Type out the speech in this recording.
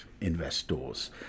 investors